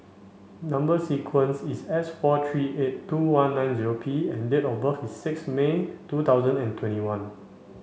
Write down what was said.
number sequence is S four three eight two one nine P and date of birth is six May two thousand and twenty one